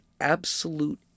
absolute